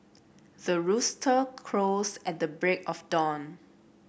the rooster crows at the break of dawn